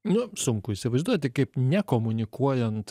nu sunku įsivaizduoti kaip nekomunikuojant